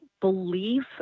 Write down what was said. belief